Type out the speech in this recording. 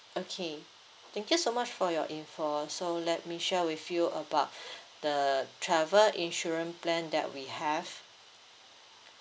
okay thank you so much for your info so let me share with you about the travel insurance plan that we have